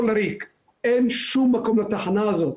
אין שום מקום לתחנה הזאת.